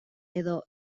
edo